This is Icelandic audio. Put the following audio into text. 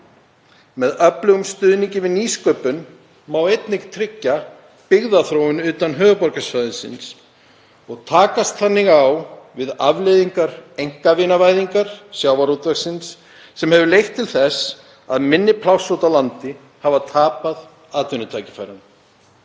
Með öflugum stuðningi við nýsköpun má einnig tryggja byggðaþróun utan höfuðborgarsvæðisins og takast þannig á við afleiðingar einkavinavæðingar sjávarútvegsins sem hefur leitt til þess að minni pláss úti á landi hafa tapað atvinnutækifærunum.